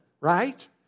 right